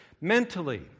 mentally